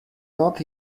not